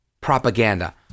propaganda